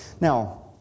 Now